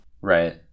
right